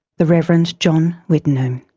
the reverend john wittenoom.